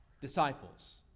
disciples